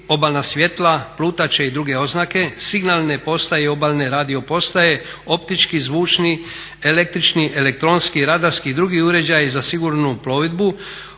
obalna svjetla, plutače i druge oznake, signalne postaje i obalne radio postaje, optički, zvučni, električni, elektronski, radarski i drugi uređaji za sigurnu plovidbu